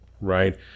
right